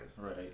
right